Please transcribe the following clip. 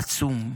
עצום.